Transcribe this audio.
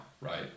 right